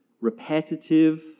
repetitive